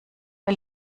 wer